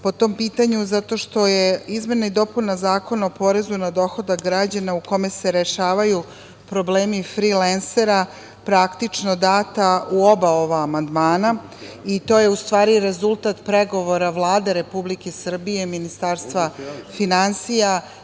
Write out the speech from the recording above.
po tom pitanju, zato što je izmena i dopuna Zakona o porezu na dohodak građana u kome se rešavaju problemi frilensera, praktično data u oba ova amandmana i to je u stvari rezultat pregovora Vlade Republike Srbije, Ministarstva finansija